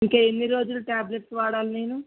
ఇంకా ఎన్ని రోజులు ట్యాబ్లెట్స్ వాడాలి నేను